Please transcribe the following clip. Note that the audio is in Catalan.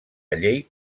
llei